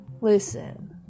Listen